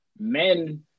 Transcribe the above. men